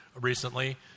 recently